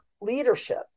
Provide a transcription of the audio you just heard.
leadership